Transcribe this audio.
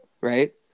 Right